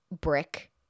brick